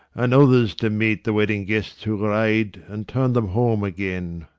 and others to meet the wedding-guests who ride and turn them home again.